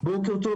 בוקר טוב.